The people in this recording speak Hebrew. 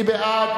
מי בעד?